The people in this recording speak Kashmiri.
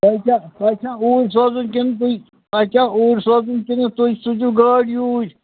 تۄہہِ چھا تۄہہِ چھا اوٗرۍ سوزُن کِنہٕ تُہۍ تۄہہِ چھا اوٗرۍ سوزُن کِنہٕ تُہۍ سوٗزِو گٲڑۍ یوٗرۍ